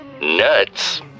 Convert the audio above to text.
nuts